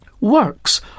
Works